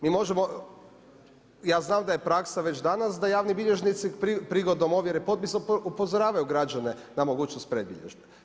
Mi možemo, ja znam da je praksa već danas da javni bilježnici prigodom ovjere potpisa upozoravaju građane na mogućnost predbilježbe.